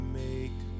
make